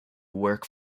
work